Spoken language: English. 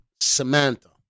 Samantha